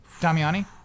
Damiani